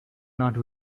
not